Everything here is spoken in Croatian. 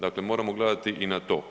Dakle, moramo gledati i na to.